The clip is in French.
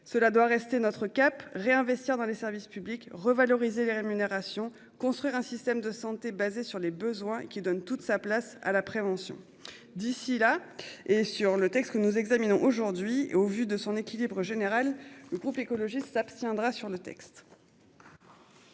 Cela doit rester notre cap réinvestir dans les services publics revaloriser les rémunérations construire un système de santé basé sur les besoins qui donne toute sa place à la prévention. D'ici là et sur le texte que nous examinons aujourd'hui et au vu de son équilibre général le groupe écologiste s'abstiendra sur le texte.